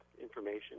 information